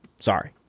Sorry